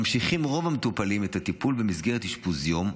ממשיכים רוב המטופלים את הטיפול במסגרת אשפוז יום,